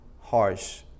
harsh